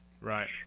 Right